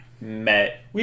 met